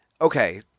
Okay